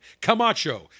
Camacho